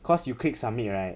cause you click submit right